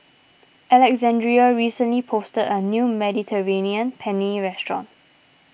Alexandrea recently a new Mediterranean Penne restaurant